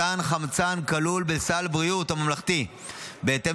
מתן חמצן כלול בסל הבריאות הממלכתי בהתאם